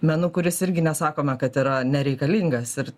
menu kuris irgi nesakome kad yra nereikalingas ir